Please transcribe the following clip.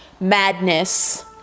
madness